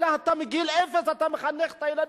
אלא מגיל אפס אתה מחנך את הילדים.